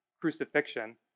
crucifixion